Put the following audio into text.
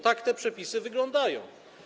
Tak te przepisy wyglądają.